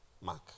Mark